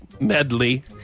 medley